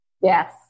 Yes